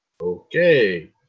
Okay